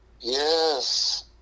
yes